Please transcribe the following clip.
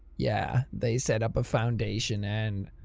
yeah they set up a foundation, and.